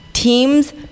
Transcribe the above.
Teams